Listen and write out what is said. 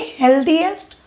healthiest